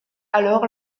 alors